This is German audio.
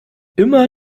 immer